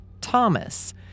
Thomas